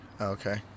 Okay